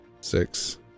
six